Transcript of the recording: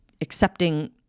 accepting